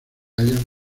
hallan